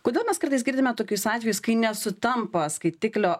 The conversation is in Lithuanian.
kodėl mes kartais girdime tokius atvejus kai nesutampa skaitiklio